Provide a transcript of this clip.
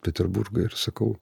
peterburgą ir sakau